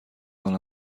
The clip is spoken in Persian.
جان